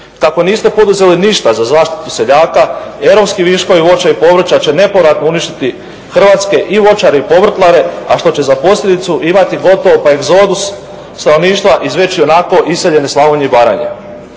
Kako niste poduzeli ništa za zaštitu seljaka europski viškovi voća i povrća će nepovratno uništiti hrvatske i voćare i povrtlare, a što će za posljedicu imati gotovo pa egzodus stanovništva iz već ionako iseljene Slavonije i Baranje.